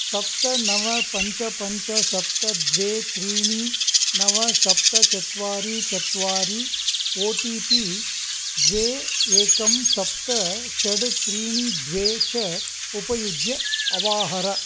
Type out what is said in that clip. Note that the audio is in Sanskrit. सप्त नव पञ्च पञ्च सप्त द्वे त्रीणि नव सप्त चत्वारि चत्वारि ओटिपि द्वे एकं सप्त षड् त्रीणि द्वे च उपयुज्य अवाहर